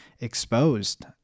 exposed